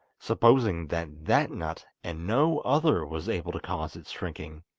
supposing that that nut and no other was able to cause its shrinking!